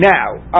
Now